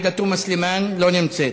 עאידה תומא סלימאן, לא נמצאת.